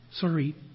sorry